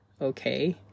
Okay